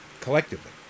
Collectively